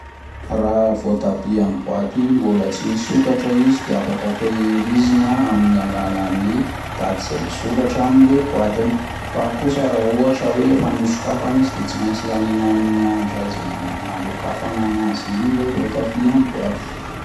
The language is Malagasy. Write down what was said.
Raha vaotabia amin'ny boaty mbola tsy misokatra izy dia afaka tahirizina amin' ny alalan'ny daty izay misoratra aminy le boatiny, fa kosa raha ohatra hoe efa nosokafana izy de tsy maintsy lanina amin'iny andro ray izay nana-nanokafana azy iny le vaotabia amin'ny boaty.